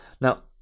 now